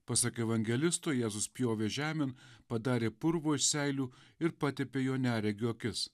pasak evangelisto jėzus spjovė žemėn padarė purvo iš seilių ir patepė juo neregio akis